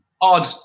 odd